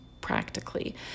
practically